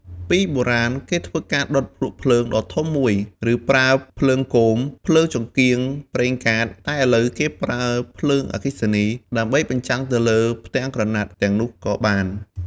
ពីបុរាណគេធ្វើការដុតភ្នក់ភ្លើងដ៏ធំមួយ ឬប្រើភ្លើងគោម ភ្លើងចង្កៀងប្រេងកាត តែឥឡូវគេប្រើភ្លើងអគ្គិសនីដើម្បីបញ្ចាំងទៅលើផ្ទាំងក្រណាត់ទាំងនោះក៏បាន។